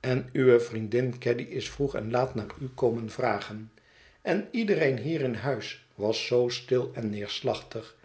en uwe vriendin caddy is vroeg en laat naar u komen vragen en iedereen hier in huis was zoo stil en neerslachtig